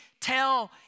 tell